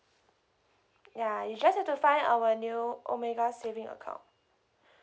ya you just have to find our new omega saving account